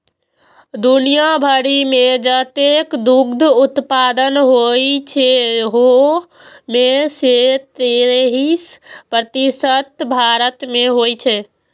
दुनिया भरि मे जतेक दुग्ध उत्पादन होइ छै, ओइ मे सं तेइस प्रतिशत भारत मे होइ छै